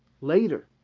later